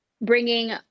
bringing